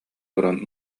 туран